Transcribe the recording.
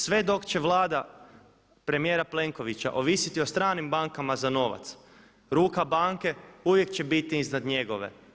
Sve dok će Vlada premijera Plenkovića ovisiti o stranim bankama za novac ruka banke uvijek će biti iznad njegove.